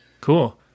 Cool